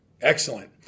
Excellent